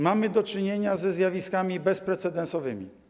Mamy do czynienia ze zjawiskami bezprecedensowymi.